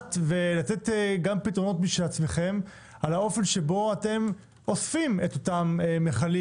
לדעת ולתת פתרונות גם מעצמכם על האופן שבו אתם אוספים את המכלים